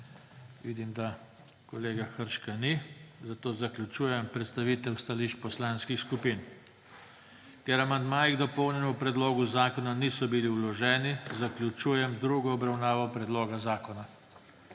Vidim, da kolega Hršaka ni, zato zaključujem predstavitev stališč poslanskih skupin. Ker amandmaji k dopolnjenemu predlogu zakona niso bili vloženi, zaključujem drugo obravnavo predloga zakona.